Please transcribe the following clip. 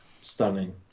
stunning